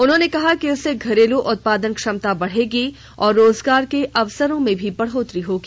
उन्होंने कहा कि इससे घरेलू उत्पादन क्षमता बढ़ेगी और रोजगार के अवसरों में भी बढ़ोतरी होगी